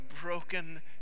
broken